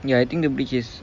ya I think the bridge is